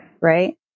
Right